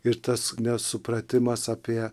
ir tas nesupratimas apie